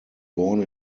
born